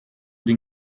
den